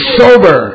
sober